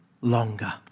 longer